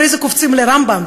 ואחרי זה קופצים לרמב"ם,